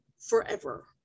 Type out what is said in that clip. forever